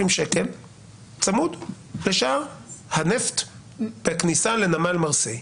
ש"ח צמוד לשער הנפט בכניסה לנמל מרסיי.